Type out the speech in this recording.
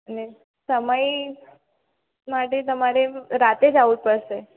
અને સમય માટે તમારે રાતે જ આવવું પડશે